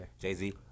Jay-Z